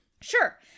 Sure